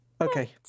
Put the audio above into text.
Okay